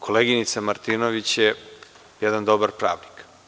Koleginice Martinović je jedan dobar pravnik.